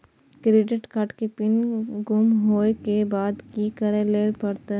Credit card के PIN गुम होय के बाद की करै ल परतै?